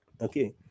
Okay